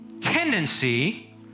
tendency